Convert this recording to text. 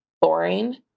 boring